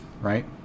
right